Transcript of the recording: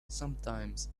sometimes